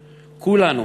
כולנו,